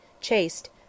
chaste